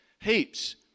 heaps